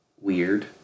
weird